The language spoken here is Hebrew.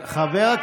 חבר,